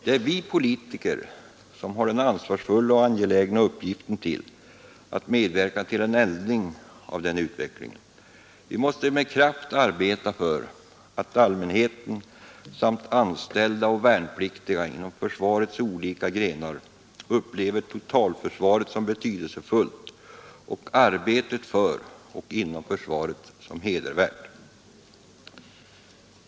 Det är vi politiker som har den ansvarsfulla och angelägna uppgiften att medverka till en ändring av denna utveckling. Vi måste med kraft arbeta för att allmänheten samt anställda och värnpliktiga inom försvarets olika grenar upplever totalförsvaret som betydelsefullt och arbetet för och inom försvaret som hedervärt.